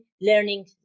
learning